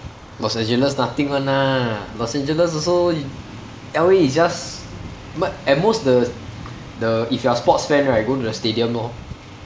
los angeles nothing [one] ah los angeles also L_A is just mo~ at most the the if you are a sports fan right go to their stadium lor